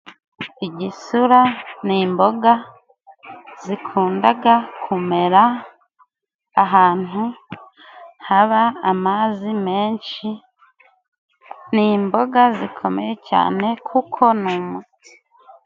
Igisura ni imboga zikundaga kumera ahantu haba amazi menshi, ni imboga zikomeye cyane kuko ni umuti.